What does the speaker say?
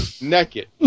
naked